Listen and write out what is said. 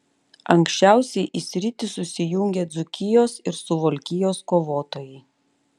anksčiausiai į sritį susijungė dzūkijos ir suvalkijos kovotojai